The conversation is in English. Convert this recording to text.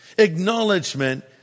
acknowledgement